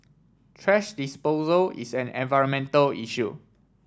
thrash disposal is an environmental issue